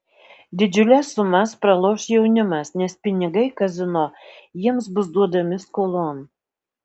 didžiules sumas praloš jaunimas nes pinigai kazino jiems bus duodami skolon